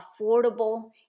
affordable